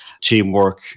teamwork